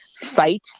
fight